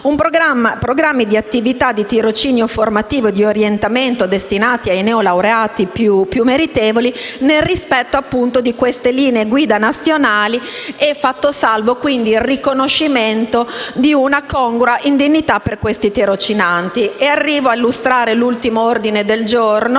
programmi di attività di tirocinio formativo e di orientamento, destinati ai neolaureati più meritevoli, nel rispetto di queste linee guida nazionali e fatto salvo il riconoscimento di una congrua indennità per questi tirocinanti. Arrivo ad illustrare l'ordine del giorno